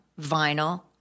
vinyl